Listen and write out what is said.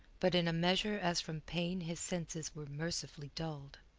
but in a measure as from pain his senses were mercifully dulled,